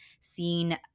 seen